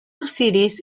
cities